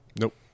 Nope